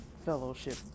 fellowship